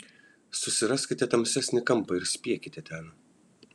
susiraskite tamsesnį kampą ir spiekite ten